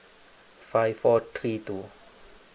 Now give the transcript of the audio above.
five four three two